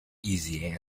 easy